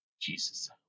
Jesus